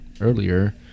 earlier